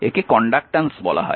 একে কন্ডাক্ট্যান্স বলা হয়